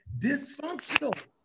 dysfunctional